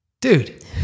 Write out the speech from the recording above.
dude